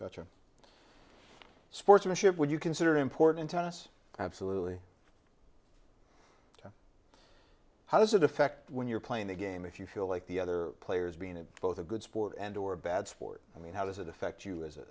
fair sportsmanship would you consider important to us absolutely how does it affect when you're playing the game if you feel like the other players being both a good sport and or a bad sport i mean how does it affect you as a